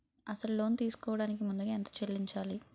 అసలు లోన్ తీసుకోడానికి ముందుగా ఎంత చెల్లించాలి?